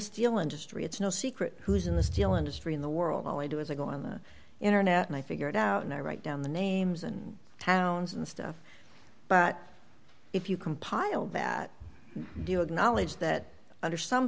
industry it's no secret who's in the steel industry in the world all i do is i go on the internet and i figure it out and i write down the names and towns and stuff but if you compile that do you acknowledge that under some